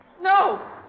No